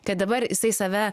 kad dabar jisai save